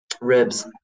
Ribs